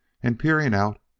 and, peering out,